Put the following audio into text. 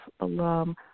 alum